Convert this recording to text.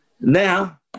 Now